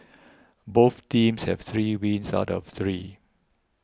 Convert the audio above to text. both teams have three wins out of three